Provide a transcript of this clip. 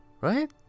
right